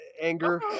anger